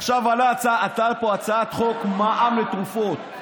עכשיו עלתה לפה הצעת חוק מע"מ על תרופות.